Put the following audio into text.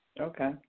Okay